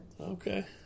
Okay